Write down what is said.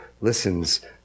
listens